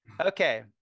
Okay